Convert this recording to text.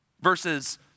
versus